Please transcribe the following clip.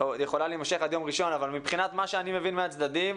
יכולה להימשך עד יום ראשון אבל מבחינת מה שאני מבין מהצדדים,